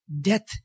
death